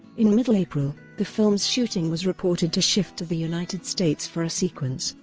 in middle april, the film's shooting was reported to shift to the united states for a sequence.